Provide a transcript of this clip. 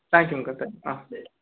தேங்க்யூங்கா thank you ஆ